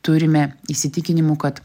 turime įsitikinimų kad